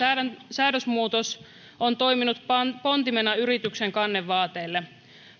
säädösmuutos on toiminut pontimena yrityksen kannevaateille